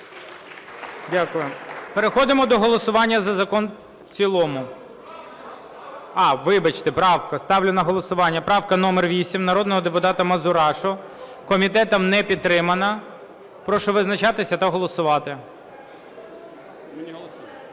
Дякую. Переходимо до голосування за закон в цілому. А, вибачте, правка. Ставлю на голосування правку номер 8 народного депутата Мазурашу. Комітетом не підтримана. Прошу визначатися та голосувати.